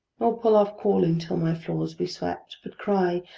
nor put off calling till my floors be swept, but cry,